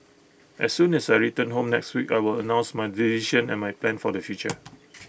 as soon as I return home next week I will announce my decision and my plans for the future